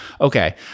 Okay